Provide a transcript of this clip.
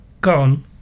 gone